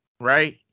right